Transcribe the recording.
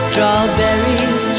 Strawberries